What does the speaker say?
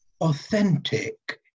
authentic